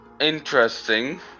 interesting